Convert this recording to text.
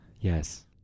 Yes